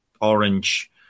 orange